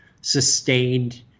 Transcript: sustained